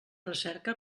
recerca